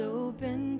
open